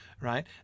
Right